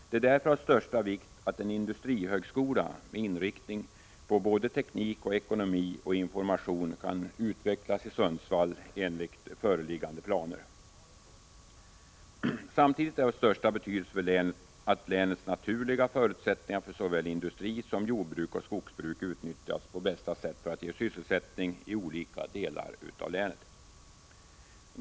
Det är därför av största vikt att en industrihögskola med inriktning på teknik, ekonomi och information kan utvecklas i Sundsvall enligt föreliggande planer. Samtidigt är det av största betydelse att länets naturliga förutsättningar för såväl industri som jordbruk och skogsbruk utnyttjas på bästa sätt för att ge sysselsättning i olika delar av länet.